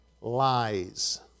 Lies